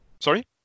Sorry